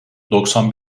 doksan